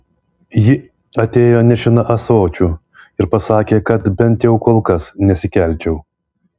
ji atėjo nešina ąsočiu ir pasakė kad bent jau kol kas nesikelčiau